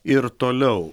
ir toliau